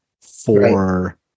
for-